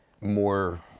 more